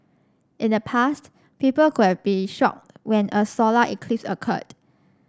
in the past people could be shocked when a solar eclipse occurred